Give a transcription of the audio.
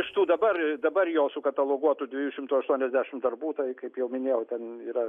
iš tų dabar dabar jo sukataloguotų dviejų šimtų aštuoniasdešimt darbų tai kaip jau minėjau ten yra